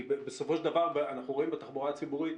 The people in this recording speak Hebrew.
כי בסופו של דבר אנחנו רואים בתחבורה הציבורית